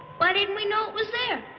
why didn't we know it was there?